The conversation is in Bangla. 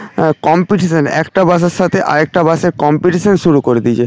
কম্পিটিশান একটা বাসের সাথে আর একটা বাসের কম্পিটিশান শুরু করে দিয়েছে